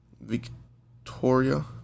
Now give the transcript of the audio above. Victoria